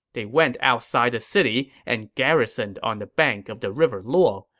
they went outside the city and garrisoned on the bank of the river luo,